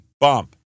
bump